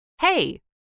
Hey